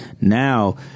Now